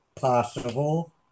Possible